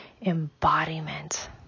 embodiment